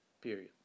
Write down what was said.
period